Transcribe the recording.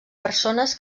persones